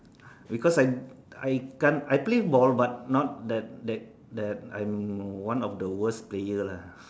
because I'm I can't I play ball but not the that the I'm one of the worse player lah